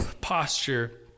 posture